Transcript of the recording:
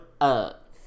up